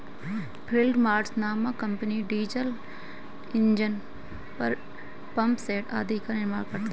field marshal नामक company diesel engine, pump set आदि का निर्माण करता है